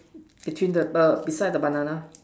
between the err beside the banana